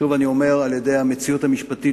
שוב אני אומר: בגלל המציאות המשפטית